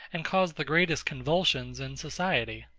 and cause the greatest convulsions in society?